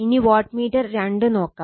ഇനി wattmeter 2 നോക്കാം